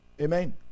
Amen